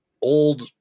old